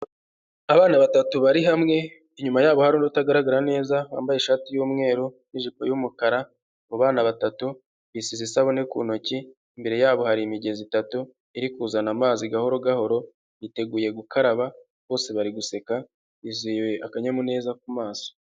Abana batatu bari hamwe inyuma yabo hari undi utagaragara neza wambaye ishati y'umweru n'ijipo y'umukara, abo bana batatu bisize isabune ku ntoki, imbere yabo hari imigezi itatu iri kuzana amazi gahoro gahoro biteguye gukaraba bose bari guseka buzuye akanyamuneza ku maso.